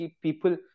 people